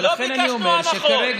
ולכן אני אומר שכרגע,